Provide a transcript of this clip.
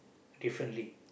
differently